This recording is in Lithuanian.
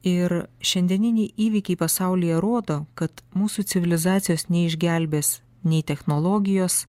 ir šiandieniniai įvykiai pasaulyje rodo kad mūsų civilizacijos neišgelbės nei technologijos